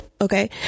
Okay